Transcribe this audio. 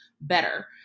better